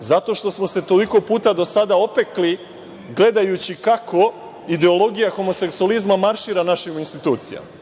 Zato što smo se toliko puta do sada opekli gledajući kako ideologija homoseksualizma maršira našim institucijama.